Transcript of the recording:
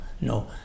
no